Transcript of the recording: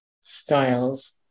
styles